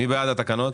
נצביע על התקנות.